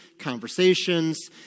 conversations